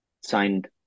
signed